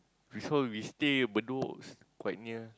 because we stay Bedok it's quite near